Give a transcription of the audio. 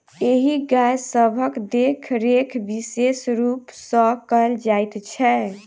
एहि गाय सभक देखरेख विशेष रूप सॅ कयल जाइत छै